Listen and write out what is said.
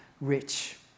rich